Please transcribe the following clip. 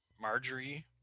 Marjorie